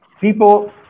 people